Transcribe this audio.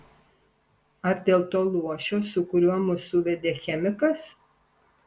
ar dėl to luošio su kuriuo mus suvedė chemikas